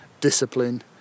discipline